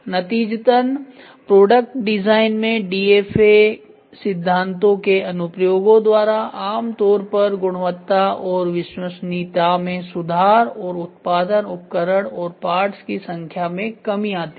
नतीजतन product design में DFA सिद्धांतों के अनुप्रयोगों द्वारा आमतौर पर गुणवत्ता और विश्वसनीयता में सुधार और उत्पादन उपकरण और पार्ट्स की संख्या में कमी आती है